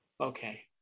Okay